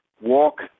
walk